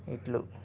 ఇట్లు